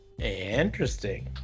interesting